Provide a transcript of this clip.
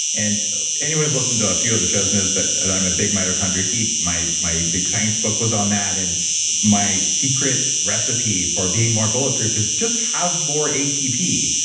and anyone who's listened to a few of the shows knows that i'm a big mitochondria geek, my my big science book was on that, and my secret recipe for being more bulletproof is just have more atp,